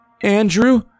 Andrew